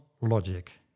logic